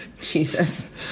Jesus